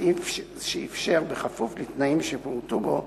סעיף שאפשר, בכפוף לתנאים שפורטו בו,